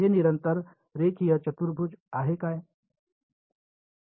हे निरंतर रेखीय चतुर्भुज आहे काय आहे